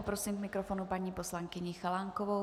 Prosím k mikrofonu paní poslankyni Chalánkovou.